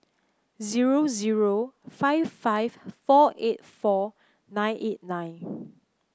zero zero five five four eight four nine eight nine